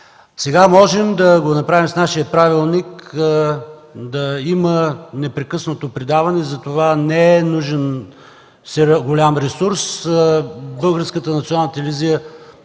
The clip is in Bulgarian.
Сега можем да направим с нашия правилник да има непрекъснато предаване. Затова не е нужен голям ресурс. Българската национална телевизия